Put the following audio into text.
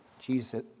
Jesus